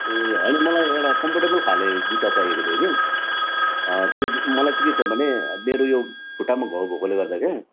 ए होइन मलाई एउटा कम्फर्टेबल खाले जुत्ता चाहिएको थियो कि मलाई चाहिँ के छ भने मेरो यो खुट्टामा घाउ भएकोले गर्दा क्या